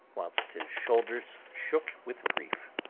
whilst his shoulders shook with grief.